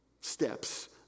steps